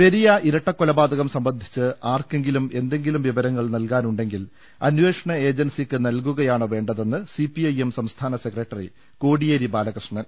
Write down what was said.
പെരിയ ഇരട്ട കൊലപാതകം സംബന്ധിച്ച് ആർക്കെങ്കിലും എന്തെങ്കിലും വിവരങ്ങൾ നൽകാനുണ്ടെങ്കിൽ അന്വേഷണ ഏജൻസിക്ക് നൽകുകയാണ് വേണ്ടതെന്ന് സിപിഐഎം സംസ്ഥാന സെക്രട്ടറി കോടിയേരി ബാലകൃഷ്ണൻ